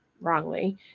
wrongly